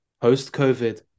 post-COVID